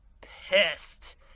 pissed